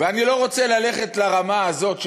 ואני לא רוצה ללכת לרמה הזאת,